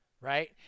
Right